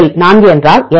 L 4 என்றாள் என்